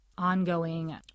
Ongoing